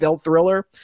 thriller